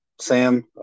Sam